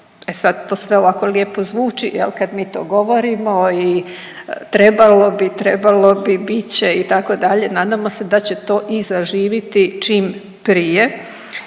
sad, to sve ovako lijepo zvuči jel kad mi to govorimo i trebalo bi, trebalo bi, bit će itd., nadamo se da će to i zaživiti čim prije